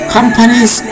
Companies